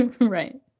Right